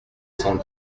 cent